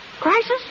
Crisis